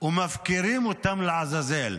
ומפקירים אותה לעזאזל.